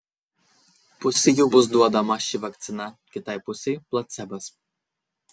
pusei jų bus duodama ši vakcina kitai pusei placebas